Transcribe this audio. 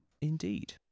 Indeed